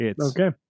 Okay